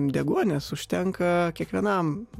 deguonies užtenka kiekvienam